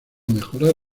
mejorar